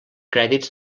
crèdits